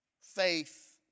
faith